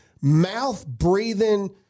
mouth-breathing